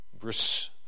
Verse